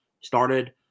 started